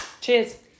Cheers